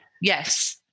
Yes